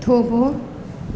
થોભો